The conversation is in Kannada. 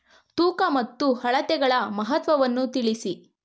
ತೂಕ ಮತ್ತು ಅಳತೆಗಳ ಮಹತ್ವವನ್ನು ತಿಳಿಸಿ?